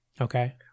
Okay